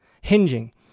hinging